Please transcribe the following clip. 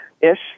ish